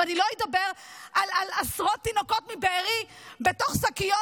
אני לא אדבר על עשרות תינוקות מבארי בתוך שקיות,